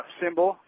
symbol